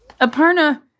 Aparna